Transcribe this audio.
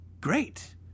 great